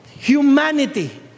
Humanity